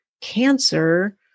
cancer